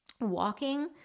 walking